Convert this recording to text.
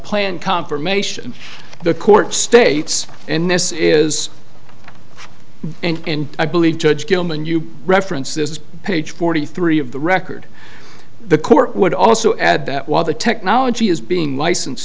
planned confirmation the court states and this is and i believe judge gilman you reference this page forty three of the record the court would also add that while the technology is being license